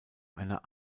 einer